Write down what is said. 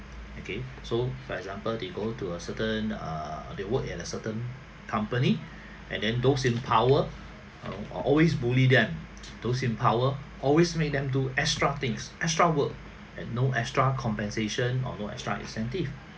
okay so for example they going to a certain err they work at a certain company and then those in power err always bully them those in power always make them do extra things extra work and no extra compensation or no extra incentive